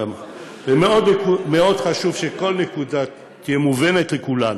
ומאוד חשוב שכל נקודה תהיה מובנת לכולנו,